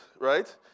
right